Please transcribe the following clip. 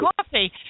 coffee